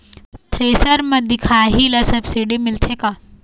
Thresher म दिखाही ला सब्सिडी मिलथे का?